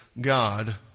God